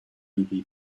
ruby